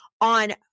On